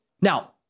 Now